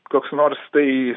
koks nors tai